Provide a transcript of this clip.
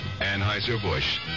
Anheuser-Busch